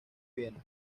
viena